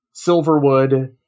Silverwood